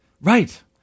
Right